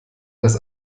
das